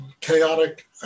chaotic